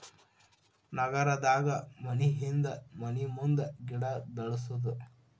ನಗರದಾಗ ಮನಿಹಿಂದ ಮನಿಮುಂದ ಗಿಡಾ ಬೆಳ್ಸುದು